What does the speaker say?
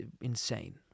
insane